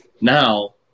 Now